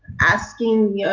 asking. yeah